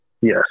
Yes